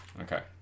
Okay